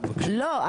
לא,